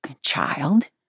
child